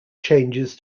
changes